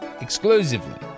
exclusively